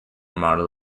model